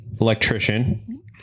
electrician